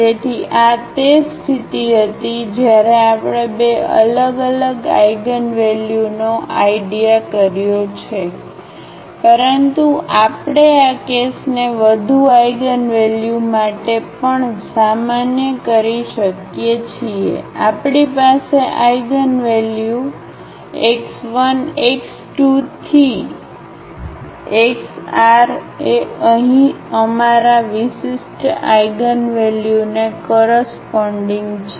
તેથી આ તે સ્થિતિ હતી જ્યારે આપણે બે અલગ અલગ આઇગનવેલ્યુનો આઇડીયા કર્યો છે પરંતુ આપણે આ કેસને વધુ આઇગનવલ્યુ માટે પણ સામાન્ય કરી શકીએ છીએ આપણી પાસે આઇગનવેલ્યુx1x2xr એ અહીં અમારા વિશિષ્ટ આઇગનવલ્યુને કોરસપોન્ડીગ છે